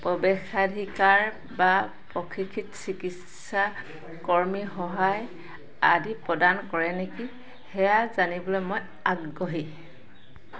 প্ৰৱেশাধিকাৰ বা প্ৰশিক্ষিত চিকিৎসা কৰ্মীৰ সহায় আদি প্ৰদান কৰে নেকি সেয়া জানিবলৈ মই আগ্ৰহী